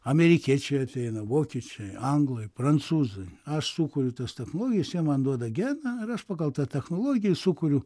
amerikiečiai ateina vokiečiai anglai prancūzai aš sukuriu tas technologijas jie man duoda geną ir aš pagal tą technologiją sukuriu